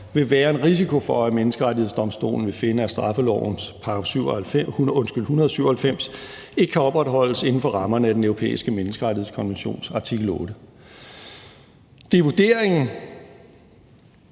vil være en risiko for, at Menneskerettighedsdomstolen vil finde, at straffelovens § 197 ikke kan opretholdes inden for rammerne af Den Europæiske Menneskerettighedskonventions artikel 8. I vurderingen